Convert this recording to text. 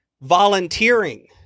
volunteering